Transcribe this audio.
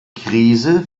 krise